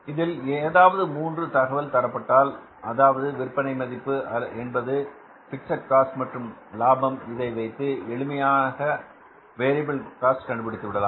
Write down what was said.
இதில் ஏதாவது 3 தகவல் தரப்பட்டால் அதாவது விற்பனை மதிப்பு என்பது பிக்ஸட் காஸ்ட் மற்றும் லாபம் இதை வைத்து எளிமையாக வேரியபில் காஸ்ட் கண்டுபிடித்துவிடலாம்